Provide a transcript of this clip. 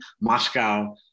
Moscow